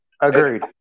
Agreed